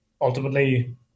ultimately